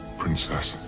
princess